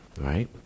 right